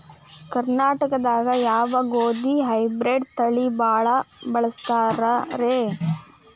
ಕರ್ನಾಟಕದಾಗ ಯಾವ ಗೋಧಿ ಹೈಬ್ರಿಡ್ ತಳಿ ಭಾಳ ಬಳಸ್ತಾರ ರೇ?